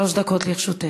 שלוש דקות לרשותך.